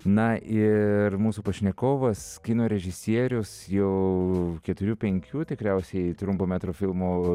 na ir mūsų pašnekovas kino režisierius jau keturių penkių tikriausiai trumpo metro filmų